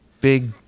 big